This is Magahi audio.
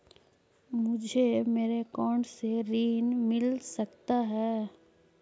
मुझे मेरे अकाउंट से ऋण मिल सकता है?